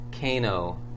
Kano